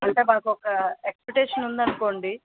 అంటే మాకు ఒక ఎక్సపెక్టేషన్ ఉంది అనుకోండి